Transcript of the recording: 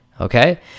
Okay